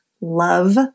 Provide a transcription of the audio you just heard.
love